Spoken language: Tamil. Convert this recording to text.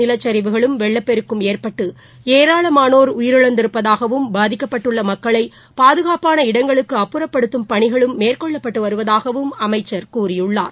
நிலச்சிவுகளும் வெள்ளப்பெருக்கும் ஏற்பட்டு ஏராளமானோர் உயிரிழந்திருப்பதாகவும் பாதிக்கப்பட்டுள்ள மக்களை பாதுகாப்பான இடங்களுக்கு அப்புறப்படுத்தும் பணிகளும் மேற்கொள்ளப்பட்டு வருவதாகவும் அமைச்சர் கூறியுள்ளார்